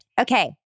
Okay